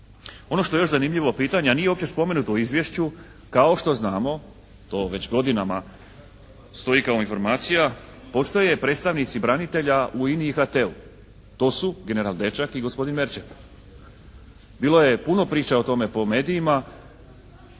Ono što je još zanimljivo pitanje, a nije uopće spomenuto u izvješću, kao što znamo to već godinama stoji kao informacija, postoje predstavnici branitelja u Ini i HT-u, to su general Dečak i gospodin Merčep. Bilo je puno priča o tome po medijima,